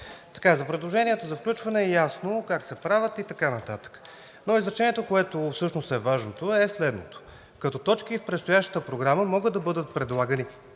малко. За предложенията за включване е ясно как се правят, и така нататък, но изречението всъщност, което е важно, е следното: „Като точки в предстоящата програма могат да бъдат предлагани